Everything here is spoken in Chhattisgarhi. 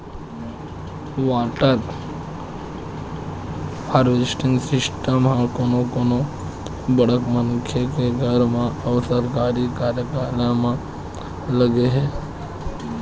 वाटर हारवेस्टिंग सिस्टम ह कोनो कोनो बड़का मनखे के घर म अउ सरकारी कारयालय म लगे हे